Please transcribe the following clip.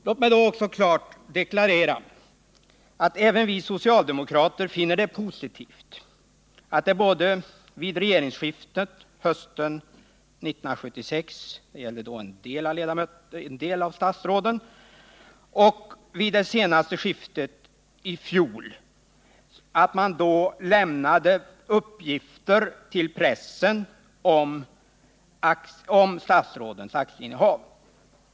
Låt mig klart deklarera att även vi socialdemokrater finner det positivt att det både vid regeringsskiftet hösten 1976 — det gällde då vissa av statsråden — och vid det senaste regeringsskiftet, i fjol, lämnades uppgifter till pressen om statsrådens aktieinnehav.